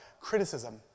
criticism